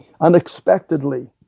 Unexpectedly